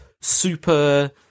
super